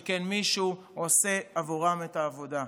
שכן מישהו עושה עבורם את העבודה.